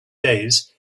days